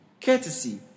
courtesy